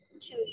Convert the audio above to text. two